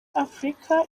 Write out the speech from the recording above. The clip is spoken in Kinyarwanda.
africa